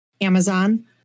Amazon